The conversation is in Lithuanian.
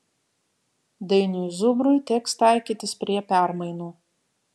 dainiui zubrui teks taikytis prie permainų